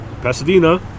Pasadena